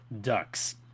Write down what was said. Ducks